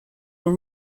are